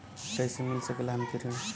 कइसे मिल सकेला हमके ऋण?